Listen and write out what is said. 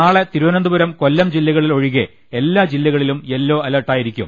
നാളെ തിരുവനന്തപുരം കൊല്ലം ജില്ലകളൊഴികെ എല്ലാ ജില്ലകളിലും യെല്ലോ അലർട്ടായിരിക്കും